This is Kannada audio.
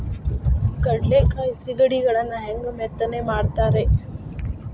ಕಡಲೆಕಾಯಿ ಸಿಗಡಿಗಳನ್ನು ಹ್ಯಾಂಗ ಮೆತ್ತನೆ ಮಾಡ್ತಾರ ರೇ?